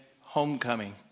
homecoming